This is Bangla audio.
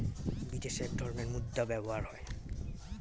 বিদেশে এক ধরনের মুদ্রা ব্যবহৃত হয়